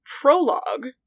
prologue